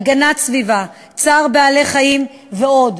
צער בעלי-חיים ועוד.